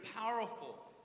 powerful